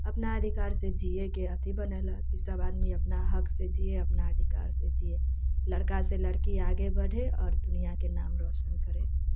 अपना अधिकार से जीएके अथी बनेलक कि सब आदमी अपना हक से जीए अपना अधिकार से जीए लड़का से लड़की आगे बढ़े आओर दुनियाके नाम रौशन करे